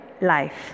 life